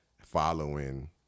following